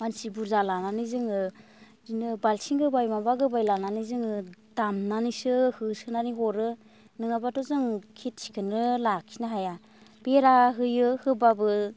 मानसि बुरजा लानानै जोङो बिदिनो बाल्थिं गोबाय माबा गोबाय लानानै जोङो दामनानैसो होसोनानै हरो नङाबाथ' जों खेथिखौनो लाखिनो हाया बेरा होयो होबाबो